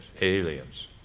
aliens